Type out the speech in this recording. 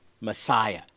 Messiah